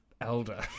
elder